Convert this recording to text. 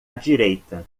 direita